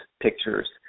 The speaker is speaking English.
pictures